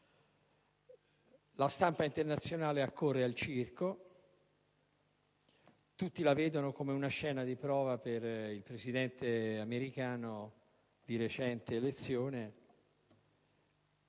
La stampa internazionale accorre al circo: tutti la vedono come una scena di prova per il Presidente americano, di recente elezione.